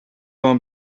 vin